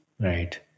right